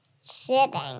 sitting